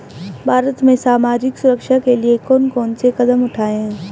भारत में सामाजिक सुरक्षा के लिए कौन कौन से कदम उठाये हैं?